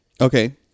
Okay